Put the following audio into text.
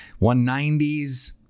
190s